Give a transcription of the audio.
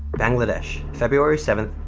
bangladesh, february seventh,